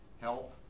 help